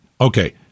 Okay